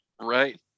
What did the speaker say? right